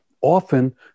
often